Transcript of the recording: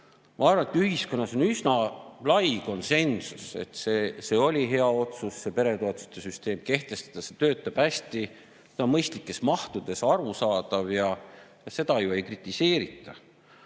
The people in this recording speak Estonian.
Ma arvan, et ühiskonnas on üsna lai konsensus selles, et oli hea otsus selline peretoetuste süsteem kehtestada. See töötab hästi, see on mõistlikes mahtudes ja arusaadav. Seda ju ei kritiseerita.